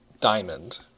diamond